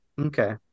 okay